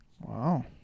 Wow